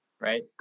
right